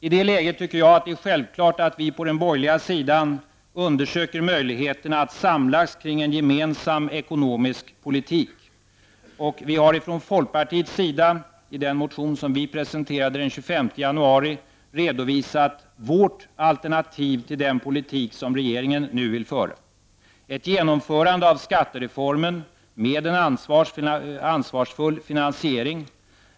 I det läget tycker jag att det är självklart att vi på den borgerliga sidan undersöker möjligheterna att samlas kring en gemensam ekonomisk politik. Vi har från folkpartiets sida i den motion som vi presenterade den 25 januari redovisat vårt alternativ till den politik som regeringen nu vill föra. Dit hör ett genomförande av skattereformen med en ansvarsfull finansiering.